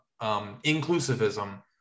inclusivism